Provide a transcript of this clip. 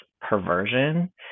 perversion